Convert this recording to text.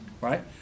Right